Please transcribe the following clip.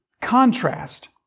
contrast